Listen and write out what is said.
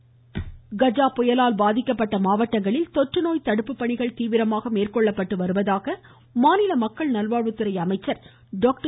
விஜயபாஸ்கர் கஜா புயலால் பாதிக்கப்பட்ட மாவட்டங்களில் தொற்றுநோய் தடுப்பு பணிகள் தீவிரமாக மேற்கொள்ளப்பட்டு வருவாக மாநில மக்கள் நல்வாழ்வுத்துறை அமைச்சர் டாக்டர்